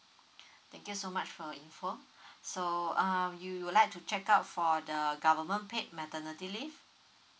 thank you so much for your info so um you would like to check out for the government paid maternity leave